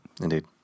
Indeed